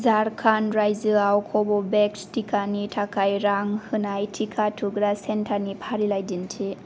झारखन्ड रायजोआव कव'भेक्स टिकानि थाखाय रां होनाय टिका थुग्रा सेन्टार नि फारिलाइ दिन्थि